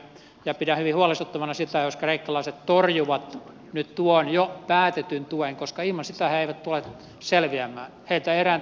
pidän hyvin huolestuttavana sitä jos kreikkalaiset torjuvat nyt tuon jo päätetyn tuen koska ilman sitä he eivät tule selviämään